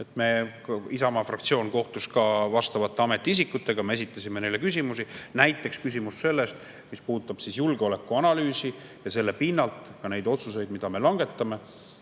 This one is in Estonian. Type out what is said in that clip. Isamaa fraktsioon kohtus ka [asjaomaste] ametiisikutega, me esitasime neile küsimusi. Näiteks küsimus sellest, mis puudutab julgeolekuanalüüsi ja selle pinnalt ka neid otsuseid, mida me langetame.